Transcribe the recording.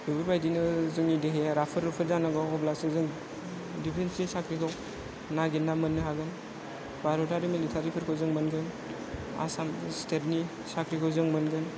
बेफोरबायदिनो जोंनि देहाया राफोद रुफोद जानांगौ अब्लासो जों दिफेन्सनि साख्रिखौ नागिरना मोन्नो हागोन भारतारि मिलिटारिफोरखौ जों मोनगोन आसाम स्टेटनि साख्रिखौ जों मोनगोन